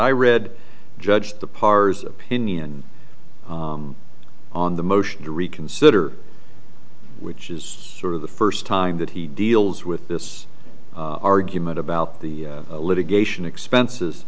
i read judge the pars opinion on the motion to reconsider which is sort of the first time that he deals with this argument about the litigation expenses